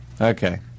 Okay